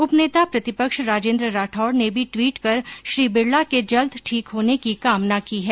उपनेता प्रतिपक्ष राजेन्द्र राठौड़ ने भी ट्वीट कर श्री बिरला के जल्द ठीक होने की कामना की है